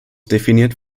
definiert